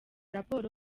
raporo